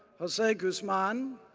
jose guzman,